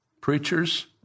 preachers